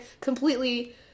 completely